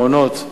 מעונות.